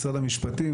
משרד המשפטים,